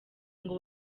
ngo